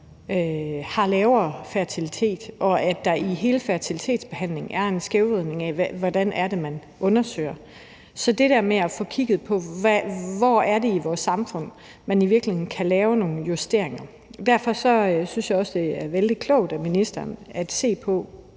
har lavere fertilitet, og at der i hele fertilitetsbehandlingen er en skævvridning i, hvordan det er, man undersøger det. Så det handler om det der med at få kigget på, hvor det er i vores samfund, at man i virkeligheden kan lave nogle justeringer. Derfor synes jeg også, at det er vældig klogt af ministeren at se på,